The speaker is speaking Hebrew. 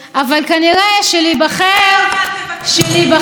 כל פעם שאני מדברת, אתם,